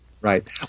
Right